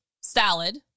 salad